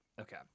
okay